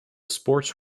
sports